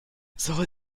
soll